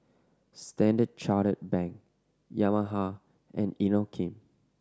Standard Chartered Bank Yamaha and Inokim